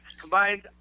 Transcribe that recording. Combined